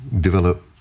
develop